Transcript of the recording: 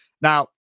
Now